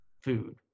food